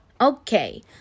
Okay